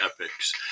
epics